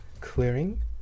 clearing